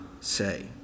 say